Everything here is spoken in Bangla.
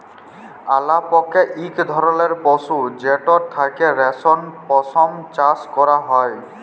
আলাপকে ইক ধরলের পশু যেটর থ্যাকে রেশম, পশম চাষ ক্যরা হ্যয়